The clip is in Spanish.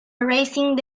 racing